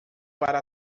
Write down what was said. para